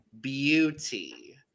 Beauty